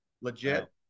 legit